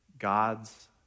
God's